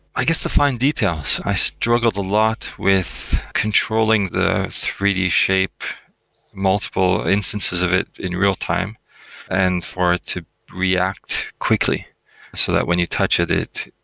i guess the fine details. i struggled a lot with controlling the three d shape multiple instances of it in real-time and for it to react quickly so that when you touch it,